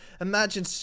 Imagine